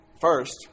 first